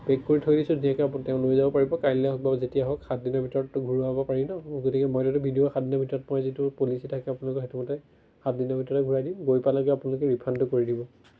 pack কৰি থৈ দিছোঁ ধুনীয়াকৈ আপ তেওঁ লৈ যাব পাৰিব কাইলৈ হওক বা যেতিয়া হওক সাতদিনৰ ভিতৰতো ঘূৰোৱাব পাৰি ন গতিকে মই এইটোতো ভিডিঅ' সাতদিনৰ ভিতৰত মই যিটো পলিচি থাকে আপোনালোকৰ সেইটো মতে সাতদিনৰ ভিতৰতে ঘূৰাই দিম গৈ পালেগৈ আপোনালোকে ৰিফাণ্ডটো কৰি দিব